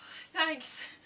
Thanks